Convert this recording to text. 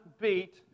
beat